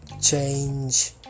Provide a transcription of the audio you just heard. Change